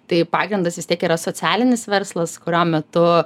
tai pagrindas vis tiek yra socialinis verslas kurio metu